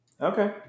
Okay